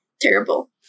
Terrible